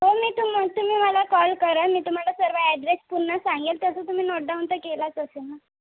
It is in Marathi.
हो मी तुम्हा तुम्ही मला कॉल करा मी तुम्हाला सर्व ॲड्रेस पुन्हा सांगेन तसं तुम्ही नोट डाउन तर केलाच असेल ना